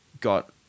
got